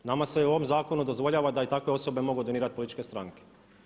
Nama se u ovom zakonu dozvoljava da i takve osobe mogu donirati političke stranke.